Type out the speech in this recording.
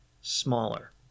smaller